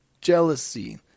Jealousy